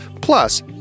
Plus